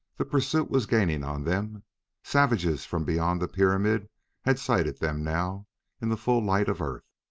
the pursuit was gaining on them savages from beyond the pyramid had sighted them now in the full light of earth,